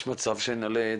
לשמוע.